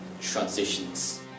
transitions